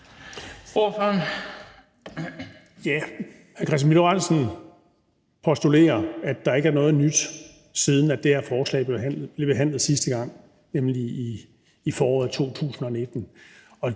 Hr. Kristian Pihl Lorentzen postulerer, at der ikke er noget nyt, siden det her forslag blev behandlet sidste gang, nemlig i foråret 2019.